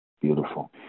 beautiful